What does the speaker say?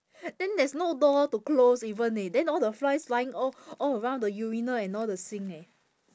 then there's no door to close even eh then all the flies flying all all around the urinal and all the sink eh